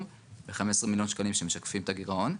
ו-15 מיליון שקלים שמשקפים את הגירעון,